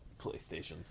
PlayStations